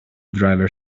driver